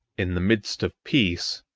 in the midst of peace,